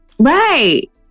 right